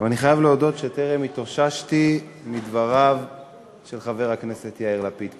אבל אני חייב להודות שטרם התאוששתי מדבריו של חבר הכנסת יאיר לפיד קודם.